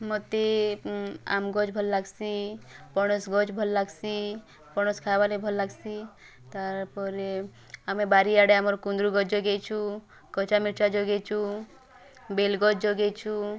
ମତେ ଆମ୍ବ୍ ଗଛ୍ ଭଲ୍ ଲାଗଶିଁ ପଣସ୍ ଗଛ ଭଲ୍ ଲାଗଶିଁ ପଣସ୍ ଖାଇବାର୍ ଲାଗି ଭଲ୍ ଲାଗଶିଁ ତାର୍ ପରେ ଆମେ ବାରିଆଡ଼େ ଆମେ କୁନ୍ଦୁର୍ ଗଛ୍ ଯୋଗେଇଚୁ ଯୋଗେଇଚୁ ବେଲ୍ ଗଛ୍ ଯୋଗେଇଚୁ